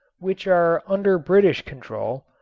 which are under british control,